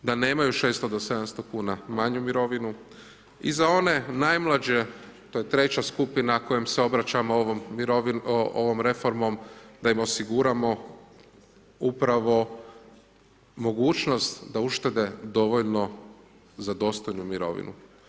Da nemaju 600 do 700 kuna manju mirovinu i za one najmlađe to je treća skupina kojom se obraćamo ovom mirovinom ovom reformom da ih osiguramo upravo mogućnost da uštete dovoljno za dostojnu mirovinu.